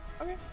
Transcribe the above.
Okay